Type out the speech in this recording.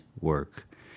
work